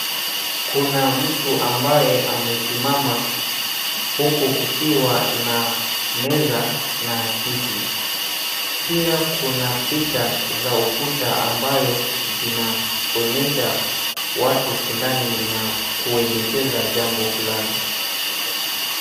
Kuna mtu ambaye amesimama huku kukiwa na meza na kiti. Pia kuna picha za ukuta ambayo zinaonyesha watu fulani na kuelekeza jambo fulani.